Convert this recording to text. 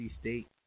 State